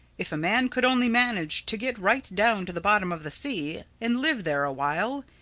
if a man could only manage to get right down to the bottom of the sea, and live there a while,